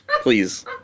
please